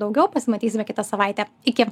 daugiau pasimatysime kitą savaitę iki